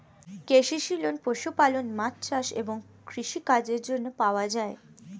KCC loan পশুপালন, মাছ চাষ এবং কৃষি কাজের জন্য পাওয়া যায়